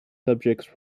subjects